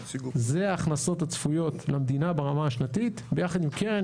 זה ההכנסות הצפויות למדינה ברמה השנתית ביחד עם קרן